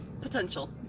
Potential